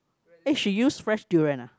eh she use fresh durian ah